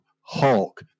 Hulk